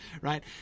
right